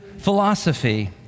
philosophy